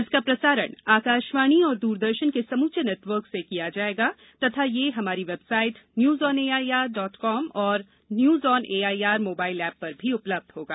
इसका प्रसारण आकाशवाणी और दूरदर्शन के समूचे नेटवर्क से किया जाएगा तथा यह हमारी website news on AIR dot com और news on AIR mobile app पर भी उपलब्ध होगा